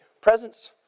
Presence